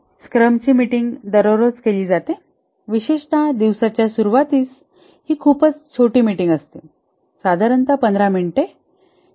स्क्रमची meeting दररोज केली जाते विशेषत दिवसाच्या सुरूवातीस ही खूपच छोटी मीटिंग असते साधारणत 15 मिनिटे